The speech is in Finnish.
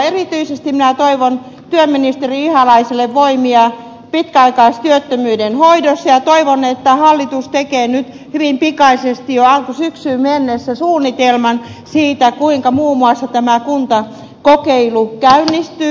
erityisesti minä toivon työministeri ihalaiselle voimia pitkäaikaistyöttömyyden hoidossa ja toivon että hallitus tekee nyt hyvin pikaisesti jo alkusyksyyn mennessä suunnitelman siitä kuinka muun muassa tämä kuntakokeilu käynnistyy